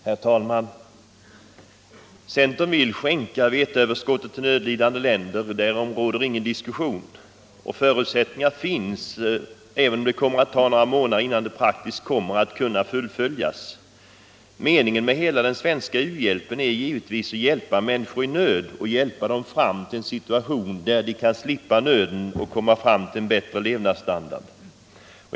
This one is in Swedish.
Herr talman! Centern vill skänka veteöverskottet till nödlidande länder — därom kan det inte bli någon diskussion. Förutsättningar finns, även om det kommer att ta några månader innan projektet praktiskt kan fullföljas. Meningen med hela den svenska u-hjälpen är givetvis att hjälpa människor i nöd, hjälpa dem fram till en situation där de kan slippa nöden och uppnå en bättre levnadsstandard.